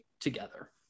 Together